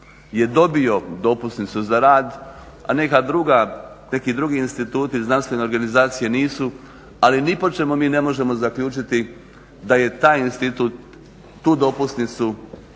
je dobio dopusnicu za rad, a neki drugi instituti i znanstvene organizacije nisu, ali ni po čemu mi ne možemo zaključiti da je taj institut tu dopusnicu